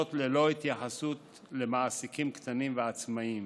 וזאת ללא התייחסות למעסיקים קטנים ועצמאים.